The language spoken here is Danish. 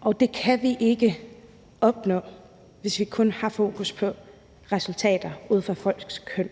Og det kan vi ikke opnå, hvis vi kun har fokus på resultater ud fra folks køn.